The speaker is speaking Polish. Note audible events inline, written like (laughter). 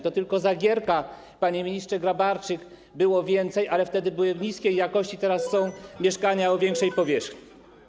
To tylko za Gierka, panie ministrze Grabarczyk, było więcej, ale wtedy były niskiej jakości, teraz są (noise) mieszkania o większej powierzchni.